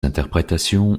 interprétations